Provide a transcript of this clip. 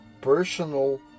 personal